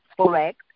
correct